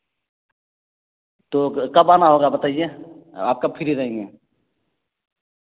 تو کب آنا ہوگا بتائیے آپ کب فری رہیں گے